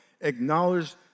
acknowledge